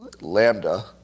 Lambda